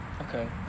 Okay